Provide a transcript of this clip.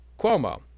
cuomo